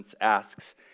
asks